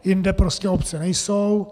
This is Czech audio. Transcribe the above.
Jinde prostě obce nejsou.